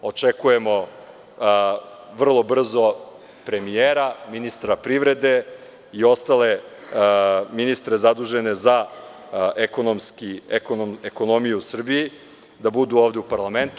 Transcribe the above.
Očekujemo vrlo brzo premijera, ministra privrede i ostale ministre zadužene za ekonomiju u Srbiji da budu ovde u parlamentu.